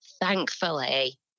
thankfully